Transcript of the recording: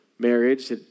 marriage